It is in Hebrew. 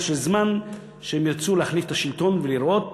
זה רק עניין של זמן שהם ירצו להחליף את השלטון ולראות